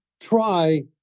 try